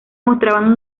mostraban